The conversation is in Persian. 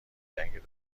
جنگ